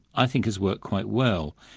i think has worked quite well.